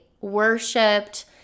worshipped